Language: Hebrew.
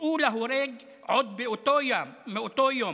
הוצאו להורג עוד באותו יום.